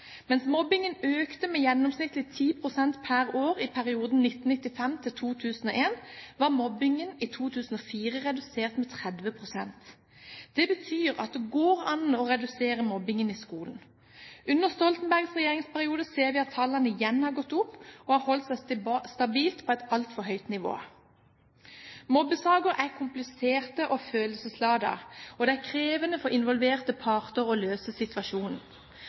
Mens mobbingen økte med gjennomsnittlig 10 pst. per år i perioden 1995–2001, var mobbingen i 2004 redusert med 30 pst. Det betyr at det går an å redusere mobbingen i skolen. Under Stoltenbergs regjeringsperiode ser vi at tallene igjen har gått opp og har holdt seg stabilt på et altfor høyt nivå. Mobbesaker er kompliserte og følelsesladet, og det er krevende for involverte parter å løse situasjonen.